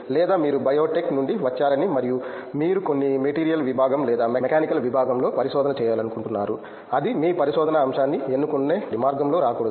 లేదా మీరు బయోటెక్ నుండి వచ్చారని మరియు మీరు కొన్ని మెటీరియల్ విభాగం లేదా మెకానికల్ విభాగంలో పరిశోధన చేయాలనుకుంటున్నారు అది మీ పరిశోధనా అంశాన్ని ఎన్నుకునే మార్గంలో రాకూడదు